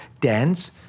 dense